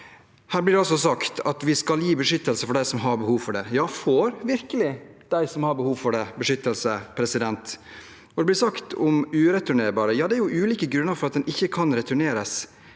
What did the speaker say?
Det blir sagt at vi skal gi beskyttelse til dem som har behov for det. Ja, får virkelig de som har behov for det, beskyttelse? Til det som blir sagt om ureturnerbare: Det er ulike grunner til at en ikke kan returneres.